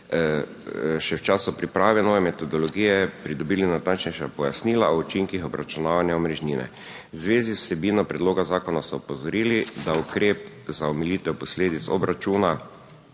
še v času priprave nove metodologije pridobili natančnejša pojasnila o učinkih obračunavanja omrežnine. V zvezi z vsebino predloga zakona so opozorili, da ukrep za omilitev posledic obračuna